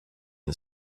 and